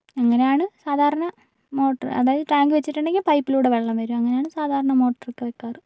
അങ്ങനെയാണ് സാധാരണ മോട്ടർ അതായത് ടാങ്ക് വെച്ചിട്ടുണ്ടെങ്കിൽ പൈപ്പിലൂടെ വെള്ളം വരും അങ്ങനെയാണ് സാധാരണ മോട്ടറൊക്കെ വെക്കാറ്